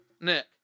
Nick